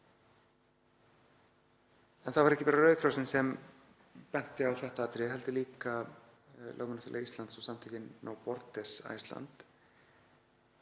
En það var ekki bara Rauði krossinn sem benti á þetta atriði heldur líka Lögmannafélag Íslands og samtökin No Borders Iceland